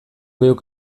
geuk